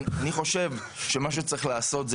אני חושב שמה שצריך לעשות,